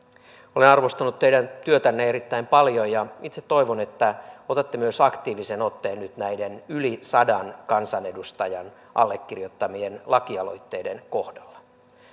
olen arvostanut teidän työtänne erittäin paljon ja itse toivon että otatte myös aktiivisen otteen nyt näiden yli sadan kansanedustajan allekirjoittamien laki aloitteiden kohdalla